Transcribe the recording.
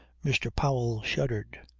mr. powell shuddered.